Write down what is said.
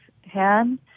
hand